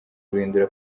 guhindura